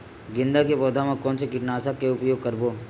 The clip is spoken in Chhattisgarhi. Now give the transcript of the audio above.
गेंदा के पौधा म कोन से कीटनाशक के उपयोग करबो?